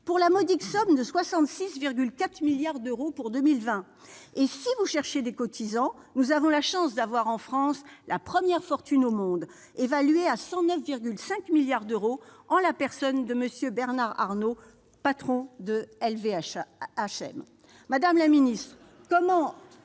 récoltée s'élevant à 66,4 milliards d'euros pour 2020. Si vous cherchez des cotisants, sachez que nous avons la chance d'avoir, en France, la première fortune du monde, évaluée à 109,5 milliards d'euros, en la personne de M. Bernard Arnault, patron de LVMH ! Madame la ministre, comment